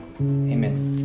Amen